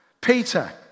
Peter